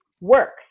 works